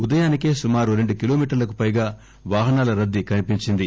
ఉదయానికే సుమారు రెండు కిలోమీటర్లకు పైగా వాహనాల రద్దీ కనిపించింది